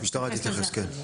המשטרה תתייחס, כן.